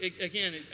again